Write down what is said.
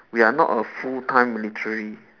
we are not a full time military